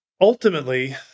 Ultimately